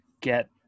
get